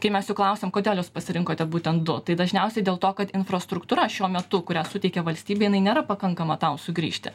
kai mes jų klausėm kodėl jos pasirinkote būtent du tai dažniausiai dėl to kad infrastruktūra šiuo metu kurią suteikia valstybė jinai nėra pakankama tau sugrįžti